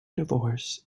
divorce